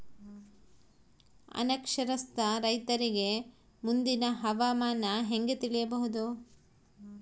ಅನಕ್ಷರಸ್ಥ ರೈತರಿಗೆ ಮುಂದಿನ ಹವಾಮಾನ ಹೆಂಗೆ ತಿಳಿಯಬಹುದು?